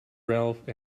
ralph